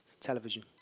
Television